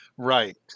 Right